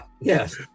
yes